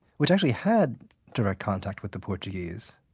which actually had direct contact with the portuguese,